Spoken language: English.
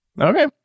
Okay